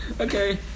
Okay